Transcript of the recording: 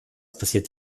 passiert